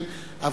אבל,